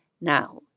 Now